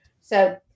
So-